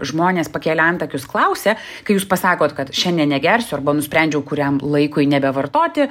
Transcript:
žmonės pakėlę antakius klausia kai jūs pasakot kad šiandien negersiu arba nusprendžiau kuriam laikui nebevartoti